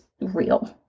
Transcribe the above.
real